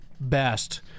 best